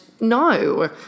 No